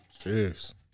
Cheers